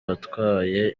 watwaye